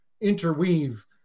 interweave